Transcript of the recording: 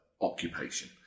occupation